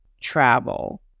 travel